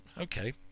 Okay